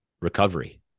recovery